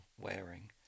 wearing